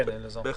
בהחלט.